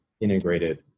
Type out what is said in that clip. integrated